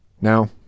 Now